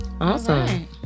Awesome